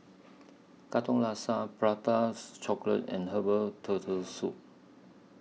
Katong Laksa Prata's Chocolate and Herbal Turtle Soup